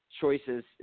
choices